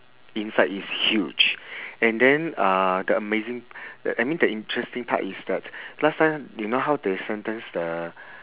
inside is huge and then uh the amazing tha~ that mean the interesting part is that last time you know how they sentence the